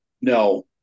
No